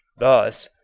thus,